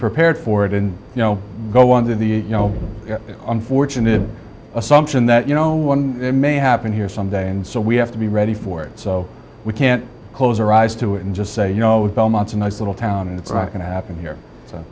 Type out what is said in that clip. prepared for it and you know go on to the you know unfortunate assumption that you know one may happen here someday and so we have to be ready for it so we can't close our eyes to it and just say you know belmont's a nice little town and it's going to happen here